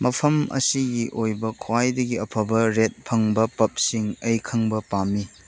ꯃꯐꯝ ꯑꯁꯤꯒꯤ ꯑꯣꯏꯕ ꯈ꯭ꯋꯥꯏꯗꯒꯤ ꯑꯐꯕ ꯔꯦꯠ ꯐꯪꯕ ꯄꯞꯁꯤꯡ ꯑꯩ ꯈꯪꯕ ꯄꯥꯝꯃꯤ